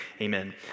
amen